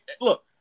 look